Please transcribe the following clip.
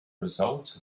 result